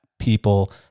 people